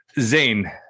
Zane